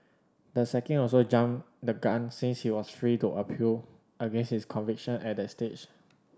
the sacking also jumped the gun since he was free to appeal against his conviction at that stage